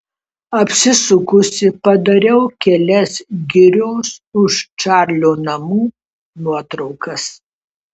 apsisukusi padariau kelias girios už čarlio namų nuotraukas